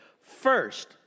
First